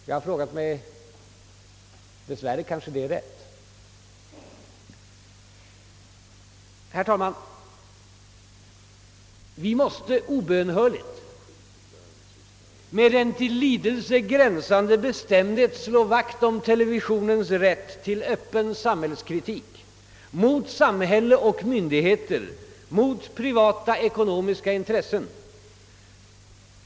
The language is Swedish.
Jag har sagt mig att det senare dess värre kanske också är rätt. Herr talman! Vi måste obönhörligt med en till lidelse gränsande bestämdhet slå vakt om televisionens rätt till öppen kritik mot samhälle och myndigheter och mot privata ekonomiska intressen.